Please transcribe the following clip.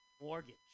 mortgage